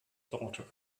daughter